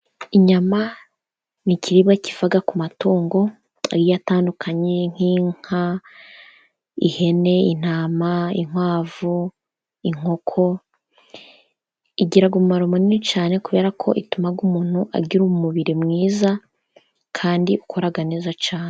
Inyama ni ikiribwa kiva ku matungo agiye atandukanye nk'inka, ihene, intama, inkwavu, inkoko igira umumaro munini cyane kubera ko ituma umuntu agira umubiri mwiza kandi ukora neza cyane.